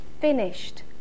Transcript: finished